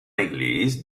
église